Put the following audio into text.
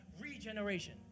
regeneration